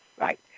Right